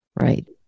Right